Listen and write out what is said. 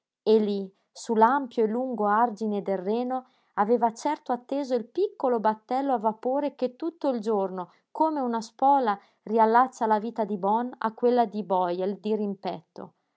e lungo argine del reno aveva certo atteso il piccolo battello a vapore che tutto il giorno come una spola riallaccia la vita di bonn a quella di beuel dirimpetto